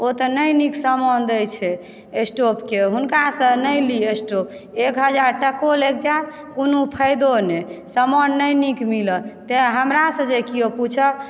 ओ तऽ नहि नीक सामान दै छै स्टोप के हुनका से नहि ली स्टोप एक हजार टको लागि जायत कोनो फायदो नहि सामान नहि नीक मिलत तै हमरा से जे केओ पुछय